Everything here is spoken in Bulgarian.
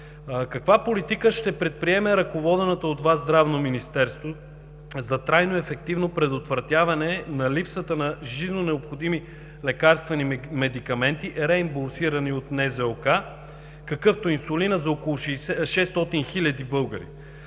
Каква политика ще предприеме ръководеното от Вас Здравно министерство за трайно и ефективно предотвратяване на липсата на жизнено необходими лекарствени медикаменти, реимбурсирани от НЗОК, какъвто е инсулинът за около 600 хиляди българи?